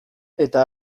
eta